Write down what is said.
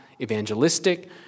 evangelistic